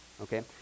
okay